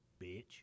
bitch